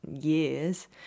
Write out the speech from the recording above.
years